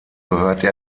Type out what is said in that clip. gehörte